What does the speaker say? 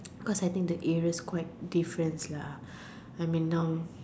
cause I think the areas quite difference lah I mean now